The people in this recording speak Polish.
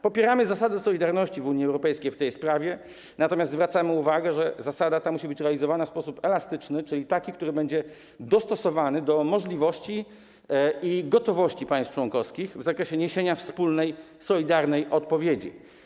Popieramy zasady solidarności w Unii Europejskiej w tej sprawie, natomiast zwracamy uwagę, że zasada ta musi być realizowana w sposób elastyczny, czyli taki, który będzie dostosowany do możliwości i gotowości państw członkowskich w zakresie niesienia wspólnej, solidarnej odpowiedzi.